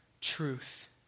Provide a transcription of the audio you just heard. truth